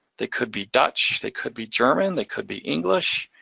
they could be dutch, they could be german, they could be english,